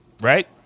right